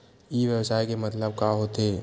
ई व्यवसाय के मतलब का होथे?